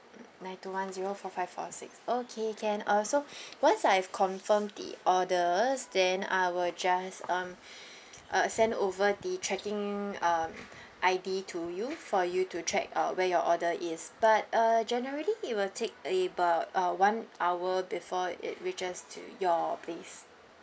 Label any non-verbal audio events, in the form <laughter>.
nine two one zero four five four six okay can uh so once I've confirmed the orders then I will just um <breath> uh send over the tracking um I_D to you for you to check uh where your order is but uh generally it will take about uh one hour before it reaches to your place